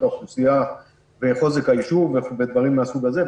האוכלוסייה וחוזק היישוב ודברים מהסוג הזה.